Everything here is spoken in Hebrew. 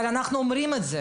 אנחנו אומרים את זה